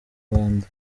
rwanda